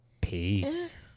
Peace